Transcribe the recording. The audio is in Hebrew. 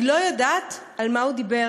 אני לא יודעת על מה הוא דיבר,